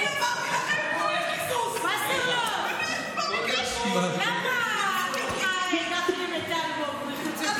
אני אמרתי לכם, וסרלאוף, למה הנחתם את האלמוג?